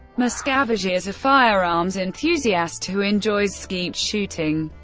miscavige is a firearms enthusiast who enjoys skeet shooting.